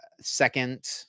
second